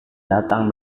datang